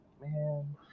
man